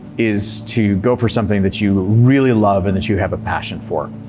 is to go for something that you really love and that you have a passion for.